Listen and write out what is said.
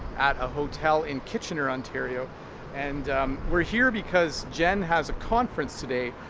at a hotel in kitchener, ontario and we're here because jen has a conference today,